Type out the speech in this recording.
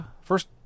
first